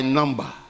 number